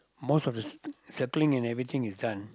most of the circ~ circling and everything is done